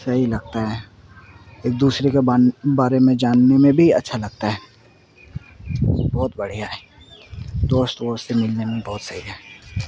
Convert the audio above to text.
سہی لگتا ہے ایک دوسرے کے با بارے میں جاننے میں بھی اچھا لگتا ہے بہت بڑھیا ہے دوست ووست سے ملنے میں بہت سہی ہے